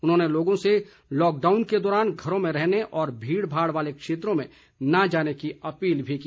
उन्होंने लोगों से लॉकडाउन के दौरान घरों में रहने और भीड़ भाड़ वाले क्षेत्रों में न जाने की अपील भी की